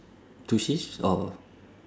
two shifts or